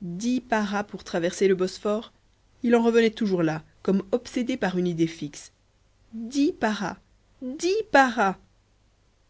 dix paras pour traverser le bosphore il en revenait toujours là comme obsédé par une idée fixe dix paras dix paras